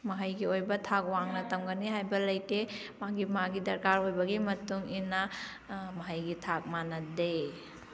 ꯃꯍꯩꯒꯤ ꯑꯣꯏꯕ ꯊꯥꯛ ꯋꯥꯡꯅ ꯇꯝꯒꯅꯤ ꯍꯥꯏꯕ ꯂꯩꯇꯦ ꯃꯥꯒꯤ ꯃꯥꯒꯤ ꯗꯔꯀꯥꯔ ꯑꯣꯏꯕꯒꯤ ꯃꯇꯨꯡ ꯏꯟꯅ ꯃꯍꯩꯒꯤ ꯊꯥꯛ ꯃꯥꯟꯅꯗꯦ